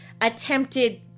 attempted